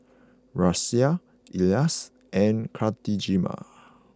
Raisya Elyas and Khatijah